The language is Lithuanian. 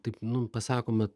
taip nu pasakome